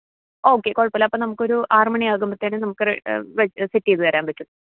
okay കുഴപ്പം ഇല്ല അപ്പം നമുക്കൊരു ആറ് മണി ആകുമ്പത്തേനും നമുക്ക് സെറ്റ് ചെയ്ത് തരാൻ പറ്റും